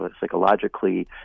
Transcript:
psychologically